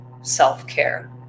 self-care